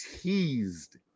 teased